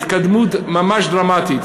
התקדמות ממש דרמטית.